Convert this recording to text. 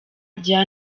rya